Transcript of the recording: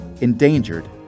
endangered